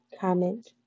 comment